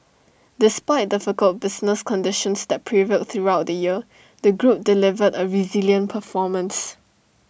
despite difficult business conditions that prevailed throughout the year the group delivered A resilient performance